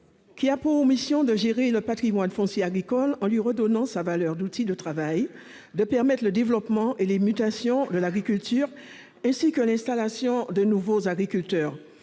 a pour mission de gérer le patrimoine foncier agricole en lui redonnant sa valeur d'outil de travail, de permettre le développement et les mutations de l'agriculture, ainsi que l'installation de nouveaux agriculteurs,